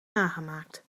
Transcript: nagemaakt